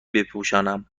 بپوشانم